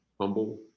humble